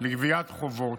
לגביית חובות,